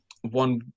One